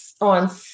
on